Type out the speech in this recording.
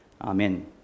amen